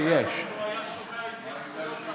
השר יצא.